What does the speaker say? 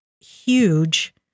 huge